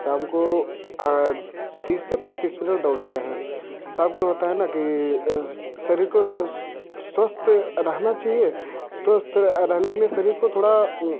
शाम को तीस से पैंतीस मिनट दौड़ते हैं सब के होता है ना कि शरीर को स्वस्थ रहना चहिए स्वस्थ रहने के लिए शरीर को थोड़ा